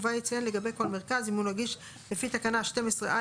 ובה יציין לגבי כל מרכז אם הוא נגיש לפי תקנה 12א